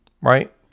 right